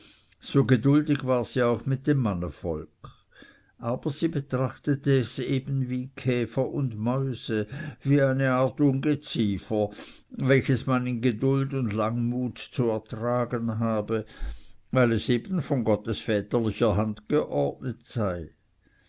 so geduldig war sie auch mit dem mannevolk aber sie betrachtete es eben wie käfer und mäuse wie eine art ungeziefer welches man in geduld und langmut zu ertragen habe weil es eben von gottes väterlicher hand geordnet sei